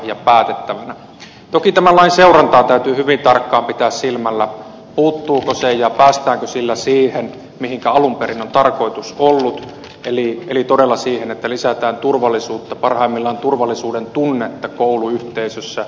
toki tämän lain seurantaa täytyy hyvin tarkkaan pitää silmällä puuttuuko se ja päästäänkö sillä siihen mihinkä alun perin on tarkoitus ollut eli todella siihen että lisätään turvallisuutta parhaimmillaan turvallisuuden tunnetta kouluyhteisössä